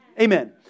Amen